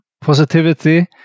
positivity